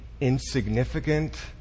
insignificant